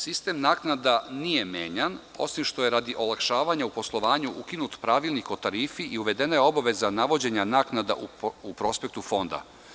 Sistem naknada nije menjan, osim što je radi olakšavanja u poslovanju ukinut pravilnik o tarifi i uvedena je obaveza navođenja naknada u prospektu fonda.